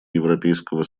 европейского